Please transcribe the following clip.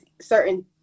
certain